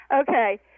Okay